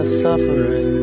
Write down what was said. suffering